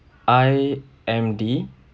I M D